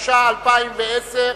התש"ע 2010,